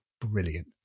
brilliant